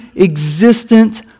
existent